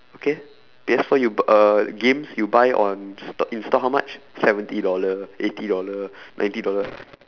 okay P_S four you b~ err games you buy on sto~ in store how much seventy dollar eighty dollar ninety dollar